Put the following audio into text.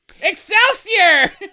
Excelsior